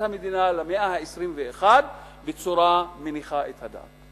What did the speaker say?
המדינה במאה ה-21 בצורה מניחה את הדעת.